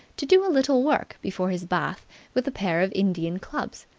to do a little work before his bath with a pair of indian clubs.